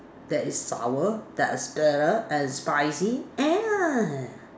that is sour that is bitter and spicy and